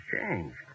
changed